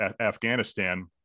Afghanistan